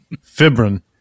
Fibrin